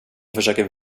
försöker